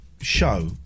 show